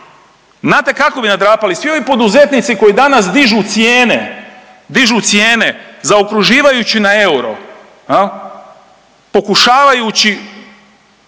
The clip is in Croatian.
Znate kako bi nadrapali svi ovi poduzetnici koji danas dižu cijene, dižu cijene zaokruživajući na euro, pokušavajući